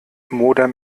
modem